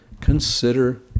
consider